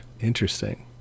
interesting